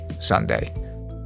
Sunday